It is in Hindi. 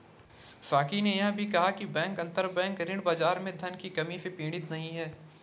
साकी ने यह भी कहा कि बैंक अंतरबैंक ऋण बाजार में धन की कमी से पीड़ित नहीं हैं